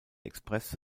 express